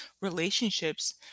relationships